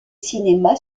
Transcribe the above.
cinéma